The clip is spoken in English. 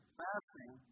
fasting